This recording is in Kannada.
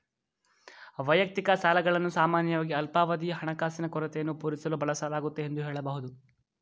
ವೈಯಕ್ತಿಕ ಸಾಲಗಳನ್ನು ಸಾಮಾನ್ಯವಾಗಿ ಅಲ್ಪಾವಧಿಯ ಹಣಕಾಸಿನ ಕೊರತೆಯನ್ನು ಪೂರೈಸಲು ಬಳಸಲಾಗುತ್ತೆ ಎಂದು ಹೇಳಬಹುದು